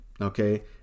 Okay